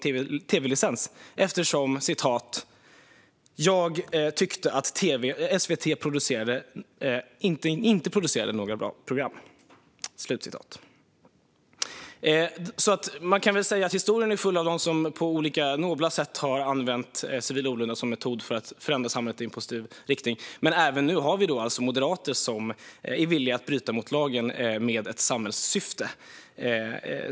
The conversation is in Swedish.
Det gjorde han eftersom han "inte tyckte att SVT producerade några bra program". Man kan alltså se att historien är full av sådana som på olika nobla sätt har använt civil olydnad som metod för att förändra samhället i positiv riktning. Även nu har vi moderater som är villiga att bryta mot lagen med ett samhällssyfte.